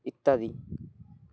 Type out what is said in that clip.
ইত্যাদি